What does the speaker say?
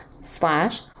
slash